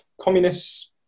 communists